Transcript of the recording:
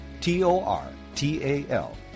T-O-R-T-A-L